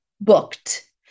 booked